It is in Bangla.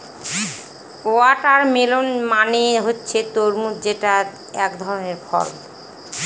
ওয়াটারমেলন মানে হচ্ছে তরমুজ যেটা এক ধরনের ফল